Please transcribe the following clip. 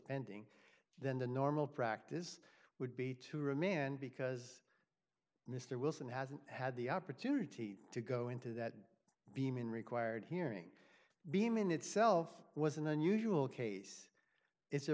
pending then the normal practice would be to remand because mr wilson hasn't had the opportunity to go into that beam in required hearing beamin itself was an unusual case it's a